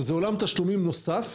זה עולם תשלומים נוסף